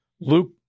Luke